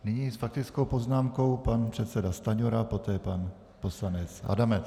Nyní s faktickou poznámkou pan předseda Stanjura, poté pan poslanec Adamec.